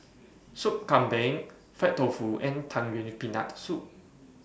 Sup Kambing Fried Tofu and Tang Yuen with Peanut Soup